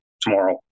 tomorrow